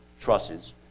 trusses